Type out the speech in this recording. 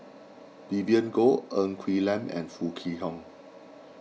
Vivien Goh Ng Quee Lam and Foo Kwee Horng